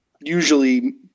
usually